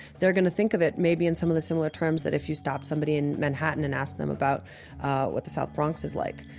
they're going to think of it maybe in some of the similar terms than if you stopped somebody in manhattan and asked them about what the south bronx is like.